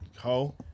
ho